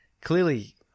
Clearly